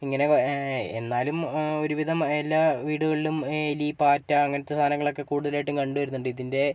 ഇങ്ങനെ എന്നാലും ഒരുവിധം എല്ലാ വീടുകളിലും എലി പാറ്റ അങ്ങിനത്തെ സാധനങ്ങളൊക്കെ കൂടുതലായിട്ടും കണ്ടുവരുന്നുണ്ട് ഇതിൻ്റെ